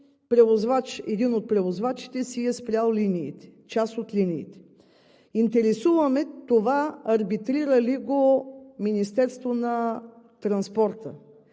един от превозвачите си е спрял част от линиите. Интересува ме това арбитрира ли го